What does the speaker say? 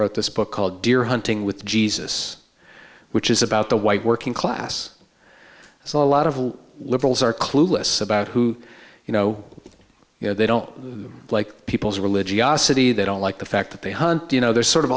wrote this book called deer hunting with jesus which is about the white working class as a lot of liberals are clueless about who you know they don't like people's religiosity they don't like the fact that they hunt do you know there's sort of